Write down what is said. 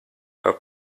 her